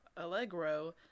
allegro